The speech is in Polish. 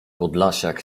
podlasiak